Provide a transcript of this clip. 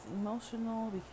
emotional